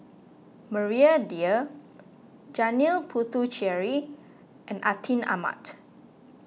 Maria Dyer Janil Puthucheary and Atin Amat